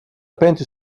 peinte